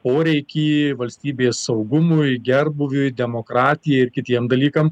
poreikį valstybės saugumui gerbūviui demokratijai ir kitiem dalykam